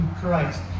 Christ